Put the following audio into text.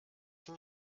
can